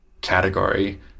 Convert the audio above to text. category